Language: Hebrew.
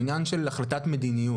הוא עניין של החלטת מדיניות.